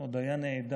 עוד היה נעדר.